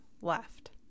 left